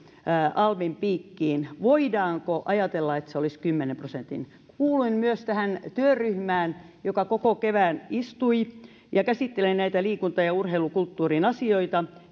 alvin piikkiin voidaanko ajatella että se olisi kymmenen prosenttia kuuluin myös työryhmään joka koko kevään istui ja käsitteli liikunta ja urheilukulttuurin asioita